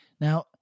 Now